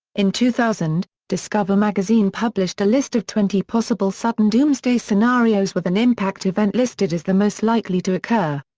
in two thousand, discover magazine published a list of twenty possible sudden doomsday scenarios with an impact event listed as the most likely to occur.